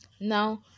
Now